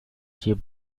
she